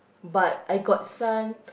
but I got son